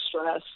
stress